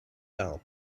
down